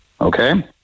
okay